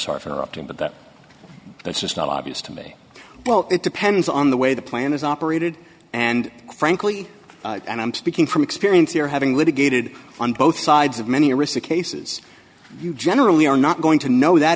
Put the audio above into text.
interrupting but that that's just not obvious to me well it depends on the way the plan is operated and frankly and i'm speaking from experience here having litigated on both sides of many arista cases you generally are not going to know that